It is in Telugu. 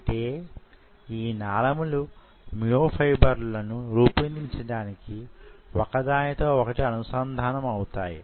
అంటే యి నాళములు మ్యో ఫైబర్ లను రూపొందించడానికి వొక దానితో వొకటి అనుసంధానం అవుతాయి